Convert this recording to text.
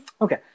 Okay